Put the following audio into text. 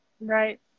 Right